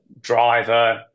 driver